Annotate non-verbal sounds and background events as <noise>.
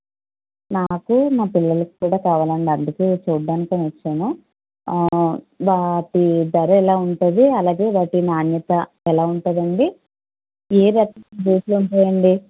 నాకు నా పిల్లలకి కూడా కావాలండి అందుకే చూడ్డానికని వచ్చాను వాటి ధర ఎలా ఉంటుంది అలాగే వాటి నాణ్యత ఎలా ఉంటుందండి ఏది <unintelligible> ఉంటాయండి